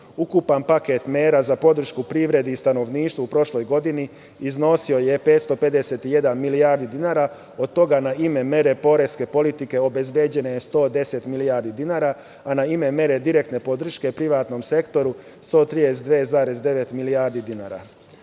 Ukupan paket mera za podršku privredi i stanovništvu u prošloj godini iznosio je 551 milijardu dinara, od toga na ime mera poreske politike obezbeđeno je 110 milijardi dinara, a na ime mera direktne podrške privatnom sektoru 132,9 milijarde